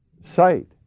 sight